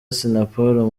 assinapol